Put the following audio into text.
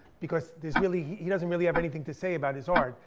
because there's really, he doesn't really have anything to say about his art.